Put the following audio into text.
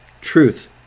truth